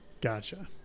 Gotcha